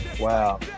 Wow